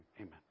amen